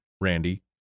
Randy